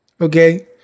Okay